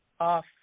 off